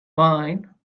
wine